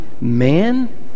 man